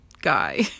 guy